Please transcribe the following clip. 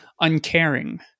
uncaring